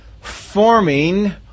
forming